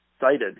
cited